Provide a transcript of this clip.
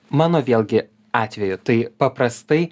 mano vėlgi atveju tai paprastai